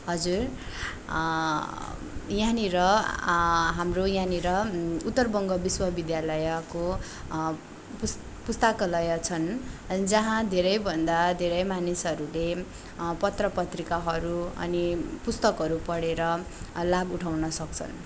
हजुर यहाँनिर हाम्रो यहाँनिर उत्तर बङ्ग विश्वविद्यालयको पुस् पुस्तकालय छन् जहाँ धेरैभन्दा धेरै मानिसहरूले पत्र पत्रिकाहरू अनि पुस्तकहरू पढेर लाभ उठाउन सक्छन्